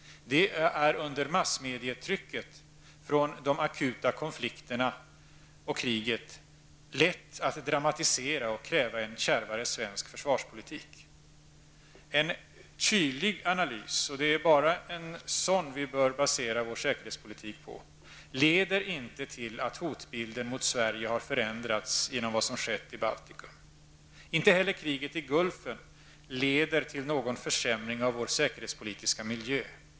Det är under massmedietrycket från de akuta konflikterna och kriget lätt att dramatisera och kräva en kärvare svensk försvarspolitik. En kylig analys -- och det är bara på en sådan vi bör basera vår säkerhetspolitik -- leder inte till att hotbilden mot Sverige har förändrats genom vad som skett i Baltikum. Inte heller kriget i Gulfen leder till någon försmäring av vår säkerhetspolitiska miljö.